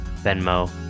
Venmo